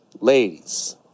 ladies